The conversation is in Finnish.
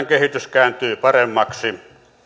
kehitys kääntyy paremmaksi